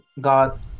God